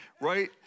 right